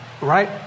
right